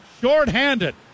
short-handed